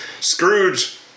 Scrooge